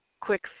quick